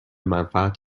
منفعت